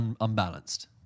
unbalanced